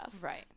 Right